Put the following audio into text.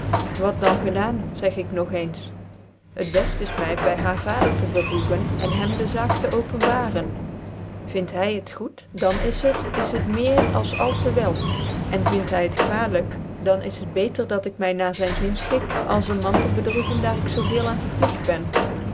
wat dan gedaan eg ik nog eens het beft is my by haar vader tc vervoegen en hem de zaak tc openbaren vind hy het goed dan is het is het meer als al te wel en vind hy het kwalvk dan is het beter dat ik my ni zjrn zin fchik als een rian te bedroeven daar ik zoo veel aan vcrpligt ben